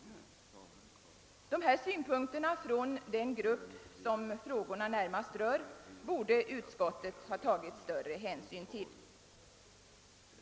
Dessa synpunkter från den grupp som frågorna närmast rör borde utskottet ha tagit större hänsyn till.